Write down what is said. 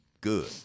good